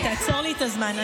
תעצור לי את הזמן.